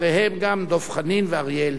אחריהם גם דב חנין ואריה אלדד.